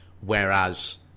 whereas